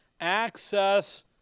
access